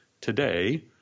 Today